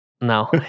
No